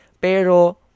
Pero